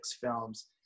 films